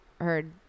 heard